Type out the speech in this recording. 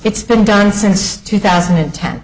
it's been done since two thousand and ten